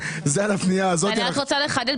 אני רוצה לחדד.